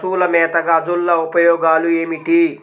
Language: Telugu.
పశువుల మేతగా అజొల్ల ఉపయోగాలు ఏమిటి?